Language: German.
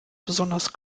besonders